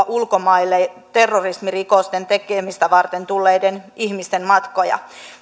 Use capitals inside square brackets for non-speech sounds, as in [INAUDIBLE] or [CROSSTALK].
[UNINTELLIGIBLE] ulkomaille terrorismirikosten tekemistä varten tulleiden ihmisten matkoja